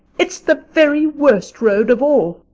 it's the very worst road of all.